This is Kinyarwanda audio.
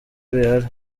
bihari